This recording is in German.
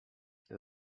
der